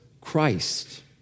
Christ